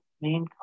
main